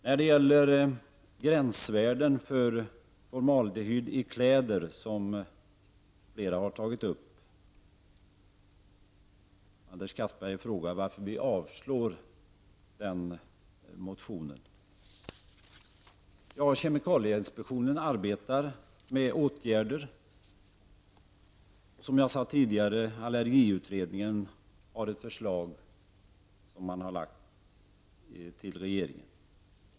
När det gäller gränsvärden för formaldehyd i kläder -- som flera har tagit upp -- undrar Anders Castberger varför vi avstyrker motionen. Kemikalieinspektionen arbetar med åtgärder, som jag sade tidigare. Allergiutredningen har lämnat ett förslag till regeringen.